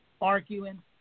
arguing